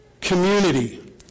community